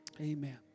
Amen